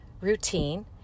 routine